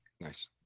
Nice